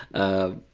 of